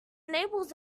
enables